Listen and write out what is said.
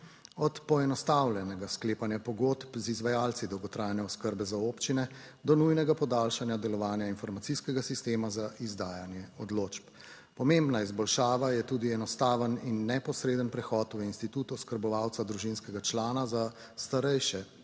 od poenostavljenega sklepanja pogodb z izvajalci dolgotrajne oskrbe za občine do nujnega podaljšanja delovanja informacijskega sistema za izdajanje odločb. Pomembna izboljšava je tudi enostaven in neposreden prehod v institut oskrbovalca družinskega člana za starejše,